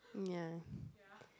yeah